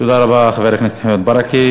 תודה רבה, חבר הכנסת מוחמד ברכה.